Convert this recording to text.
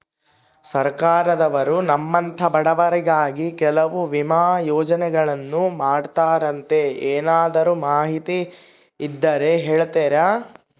ಸರ್ಕಾರದವರು ನಮ್ಮಂಥ ಬಡವರಿಗಾಗಿ ಕೆಲವು ವಿಮಾ ಯೋಜನೆಗಳನ್ನ ಮಾಡ್ತಾರಂತೆ ಏನಾದರೂ ಮಾಹಿತಿ ಇದ್ದರೆ ಹೇಳ್ತೇರಾ?